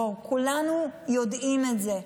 בואו, כולנו יודעים את זה,